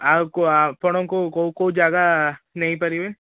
ଆଉ ଆପଣଙ୍କୁ କେଉଁ କେଉଁ ଜାଗା ନେଇପାରିବେ